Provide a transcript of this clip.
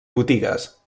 botigues